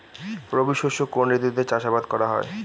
রবি শস্য কোন ঋতুতে চাষাবাদ করা হয়?